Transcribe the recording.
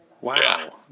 Wow